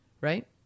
right